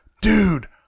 dude